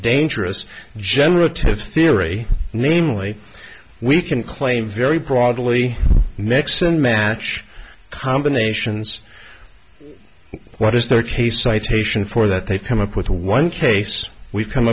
dangerous generative theory namely we can claim very broadly mix and match combinations what is the case citation for that they've come up with a one case we've come